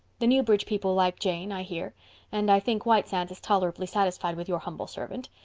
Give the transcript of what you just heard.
the newbridge people like jane, i hear and i think white sands is tolerably satisfied with your humble servant.